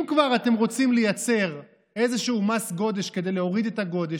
אם כבר אתם רוצים לייצר איזשהו מס גודש כדי להוריד את הגודש,